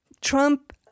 Trump